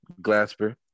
Glasper